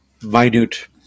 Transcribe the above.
Minute